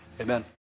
amen